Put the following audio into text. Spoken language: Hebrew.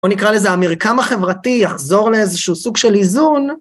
או נקרא לזה, המרקם החברתי יחזור לאיזשהו סוג של איזון.